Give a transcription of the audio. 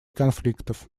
конфликтов